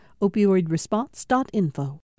Opioidresponse.info